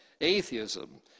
atheism